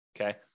okay